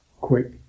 quick